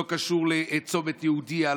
לא קשור לצומת יהודייה,